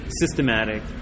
systematic